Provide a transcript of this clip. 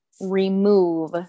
remove